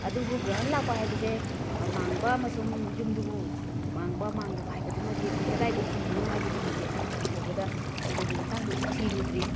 ꯑꯗꯨꯕꯨ ꯒ꯭ꯔꯍꯟ ꯂꯥꯛꯄ ꯍꯥꯏꯕꯁꯦ ꯑꯃꯥꯡꯕ ꯑꯃꯁꯨꯡ ꯌꯨꯝꯗꯨꯕꯨ ꯃꯥꯡ ꯃꯥꯡꯗꯕ ꯍꯥꯏꯕꯗꯨꯃꯗꯤ ꯑꯩꯈꯣꯏ ꯀꯗꯥꯏ ꯐꯥꯎ ꯆꯨꯝꯕꯅꯣ ꯍꯥꯏꯕꯗꯨꯃꯗꯤ ꯑꯩꯈꯣꯏ ꯍꯧꯖꯤꯛ ꯐꯥꯎꯕꯗ ꯃꯗꯨꯒꯤ ꯃꯇꯥꯡꯗꯨꯁꯨ ꯊꯤꯔꯨꯗ꯭ꯔꯤ